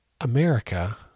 America